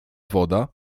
woda